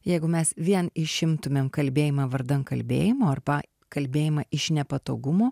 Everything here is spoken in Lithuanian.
jeigu mes vien išimtumėm kalbėjimą vardan kalbėjimo arba kalbėjimą iš nepatogumo